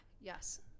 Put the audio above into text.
Yes